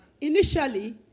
initially